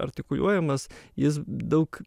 artikuliuojamas jis daug